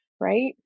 right